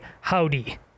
howdy